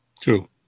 True